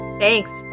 Thanks